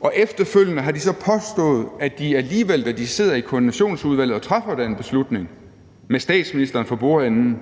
Og efterfølgende har de så alligevel påstået, at de, da de sad i Koordinationsudvalget og traf den beslutning med statsministeren for bordenden